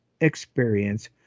experience